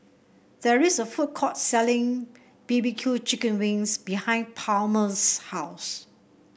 there is a food court selling B B Q Chicken Wings behind Palmer's house